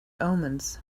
omens